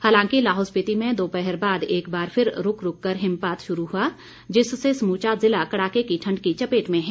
हालांकि लाहौल स्पीति में दोपहर बाद एक बार फिर रूक रूक कर हिमपात शुरू हुआ जिससे समूचा ज़िला कड़ाके की ठण्ड की चपेट में है